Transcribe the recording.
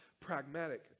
pragmatic